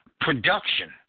production